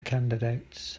candidates